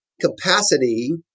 capacity